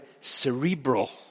cerebral